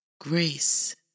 grace